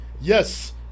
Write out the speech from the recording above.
Yes